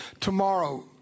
Tomorrow